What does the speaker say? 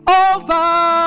over